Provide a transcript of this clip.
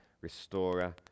restorer